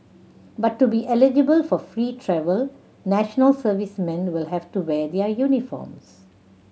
but to be eligible for free travel national servicemen will have to wear their uniforms